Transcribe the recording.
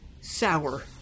sour